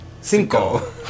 Cinco